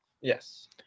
Yes